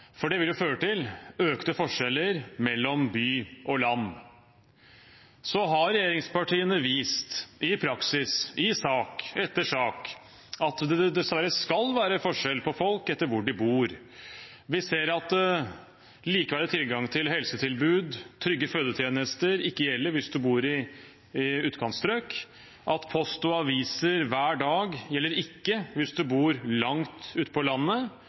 for det vil føre til økte forskjeller mellom by og land. Regjeringspartiene har vist i praksis, i sak etter sak, at det dessverre skal være forskjell på folk etter hvor de bor. Vi ser at likeverdig tilgang til helsetilbud, som trygge fødetjenester, ikke gjelder hvis man bor i utkantstrøk, at post og aviser hver dag ikke gjelder hvis man bor langt ute på landet.